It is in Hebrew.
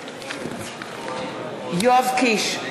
נגד יואב קיש,